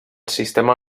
sistema